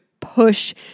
push